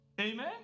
Amen